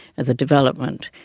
and the development,